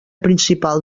principal